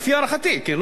לפי הערכתי, כן?